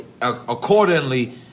accordingly